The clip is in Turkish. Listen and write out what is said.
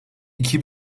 iki